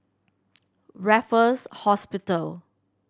Raffles Hospital